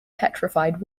petrified